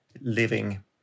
living